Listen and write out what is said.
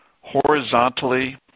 horizontally